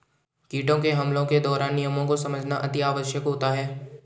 कीटों के हमलों के दौरान नियमों को समझना अति आवश्यक होता है